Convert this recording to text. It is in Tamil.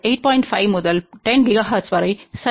5 முதல் 10 GHz வரை சரி